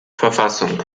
verfassung